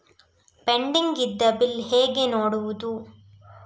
Pending ಇದ್ದ bill ಹೇಗೆ ನೋಡುವುದು?